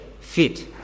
fit